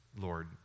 Lord